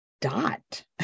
dot